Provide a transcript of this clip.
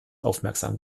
aufmerksam